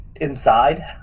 inside